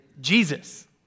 Jesus